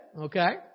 okay